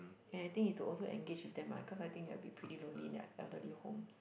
and I think is to also engage with them ah cause I think they will be pretty lonely in the elderly home